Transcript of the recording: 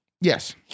Yes